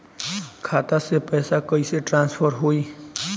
खाता से पैसा कईसे ट्रासर्फर होई?